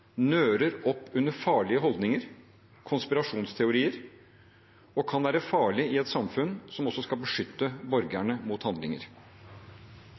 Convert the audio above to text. nører opp under farlige holdninger og konspirasjonsteorier og kan være farlig i et samfunn som også skal beskytte borgerne mot handlinger?